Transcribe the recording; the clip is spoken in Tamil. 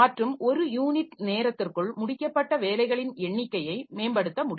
மற்றும் ஒரு யூனிட் நேரத்திற்குள் முடிக்கப்பட்ட வேலைகளின் எண்ணிக்கையை மேம்படுத்த முடியும்